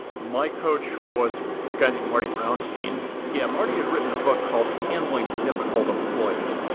my coach was a guy named marty brounstein. yeah marty had written a book called handling the difficult employee.